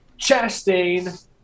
Chastain